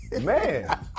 man